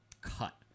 cut